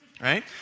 Right